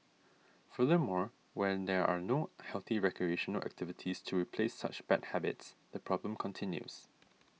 furthermore when there are no healthy recreational activities to replace such bad habits the problem continues